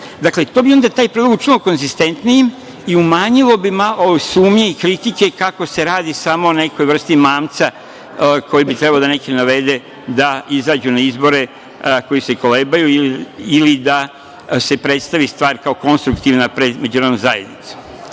liste. Dakle, to bi onda taj predlog učinilo koenzistentnijim i umanjilo bi sumnje i kritike kako se radi samo o nekoj vrsti mamca koji bi trebalo da neke navede da izađu na izbore, koji se kolebaju, ili da se predstavi stvar kao konstruktivna pred međunarodnom zajednicom. Ja